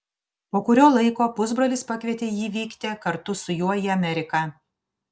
po kurio laiko pusbrolis pakvietė jį vykti kartu su juo į ameriką